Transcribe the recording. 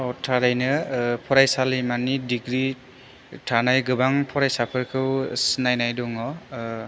थारैनो फरायसालिमानि दिग्रि थानाय गोबां फरायसाफोरखौ सिनायनाय दङ